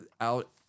out